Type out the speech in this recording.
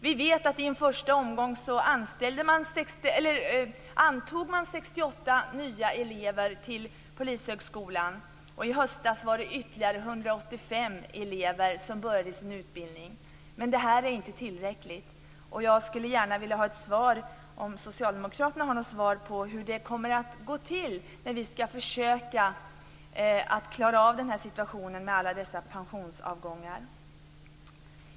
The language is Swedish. Vi vet att det i en första omgång antogs 68 nya elever till Polishögskolan, och i höstas var det ytterligare 185 elever som började sin utbildning. Men det här är inte tillräckligt. Jag skulle vilja höra om socialdemokraterna vet hur det kommer att gå till när vi skall försöka klara situationen med alla dessa pensionsavgångar.